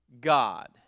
God